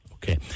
Okay